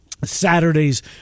Saturday's